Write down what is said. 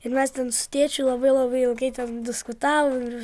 ir mes ten su tėčiu labai labai ilgai ten diskutavom ir